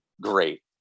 great